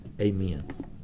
Amen